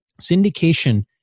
Syndication